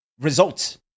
results